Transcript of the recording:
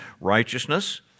righteousness